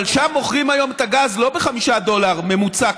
אבל שם מוכרים היום את הגז לא ב-5 דולר בממוצע,